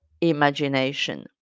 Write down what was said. imagination